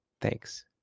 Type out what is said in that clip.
Thanks